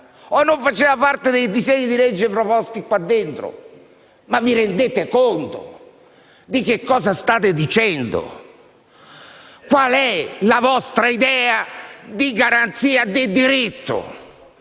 o non faceva parte dei disegni di legge proposti qui dentro. Ma vi rendete conto di cosa state dicendo? Qual è la vostra idea di garanzia del diritto?